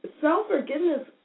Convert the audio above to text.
self-forgiveness